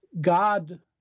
God